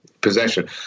possession